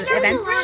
events